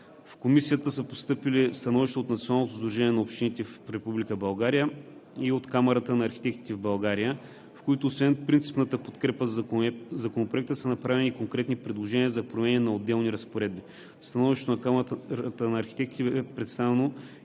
В Комисията са постъпили становища от Националното сдружение на общините в Република България и от Камарата на архитектите в България, в които освен принципната подкрепа за Законопроекта са направени и конкретни предложения за промени на отделни разпоредби. Становището на Камарата на архитектите бе представено